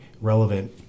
relevant